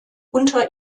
unter